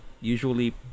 usually